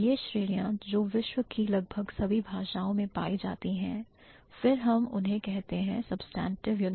वह श्रेणियां जो विश्व की लगभग सभी भाषाओं में पाई जाती हैं फिर हम उन्हें कहते हैं substantive universal